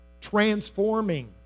transforming